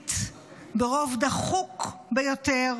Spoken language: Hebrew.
החליט ברוב דחוק ביותר